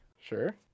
Sure